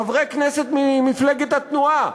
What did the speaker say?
חברי כנסת ממפלגת התנועה,